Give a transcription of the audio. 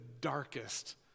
darkest